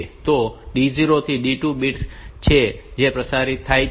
તો આ D0 થી D2 બીટ્સ છે જે પ્રસારિત થાય છે